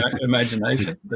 imagination